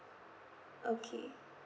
okay